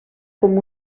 com